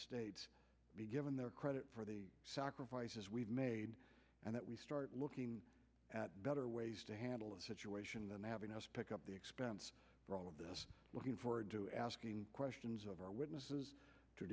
states be given their credit for the sacrifices we've made and that we start looking at better ways to handle the situation than having us pick up the expense for all of us looking forward to asking questions of our witnesses to